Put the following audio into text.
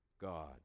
God